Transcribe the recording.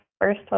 first